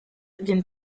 viennent